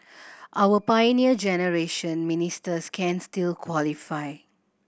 our Pioneer Generation Ministers can still qualify